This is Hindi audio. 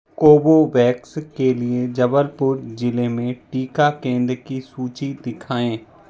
कोवोवैक्स के लिए जबलपुर ज़िले में टीका केंद्र की सूची दिखाएँ